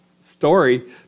story